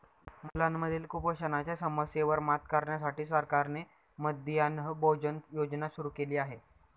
मुलांमधील कुपोषणाच्या समस्येवर मात करण्यासाठी सरकारने मध्यान्ह भोजन योजना सुरू केली आहे